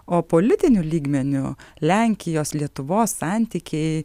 o politiniu lygmeniu lenkijos lietuvos santykiai